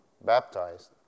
baptized